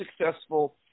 successful